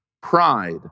pride